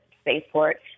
spaceport